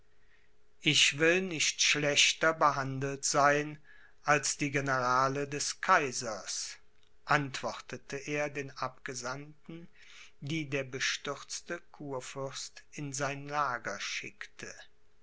ich will nicht schlechter behandelt sein als die generale des kaisers antwortete er den abgesandten die der bestürzte kurfürst in sein lager schickte